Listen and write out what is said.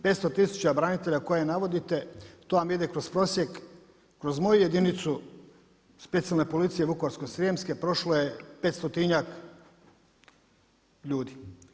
500 tisuća branitelja koje navodite to vam ide kroz prosjek, kroz moju jedinicu Specijalna policija Vukovarsko-srijemske prošla je 500-njak ljudi.